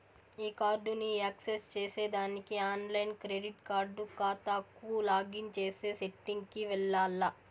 ఈ కార్డుని యాక్సెస్ చేసేదానికి ఆన్లైన్ క్రెడిట్ కార్డు కాతాకు లాగిన్ చేసే సెట్టింగ్ కి వెల్లాల్ల